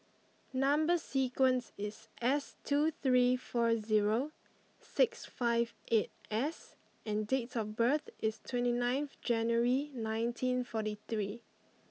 number sequence is S two three four zero six five eight S and date of birth is twenty ninth January nineteen forty three